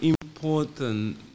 important